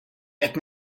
qed